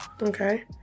Okay